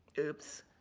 oops,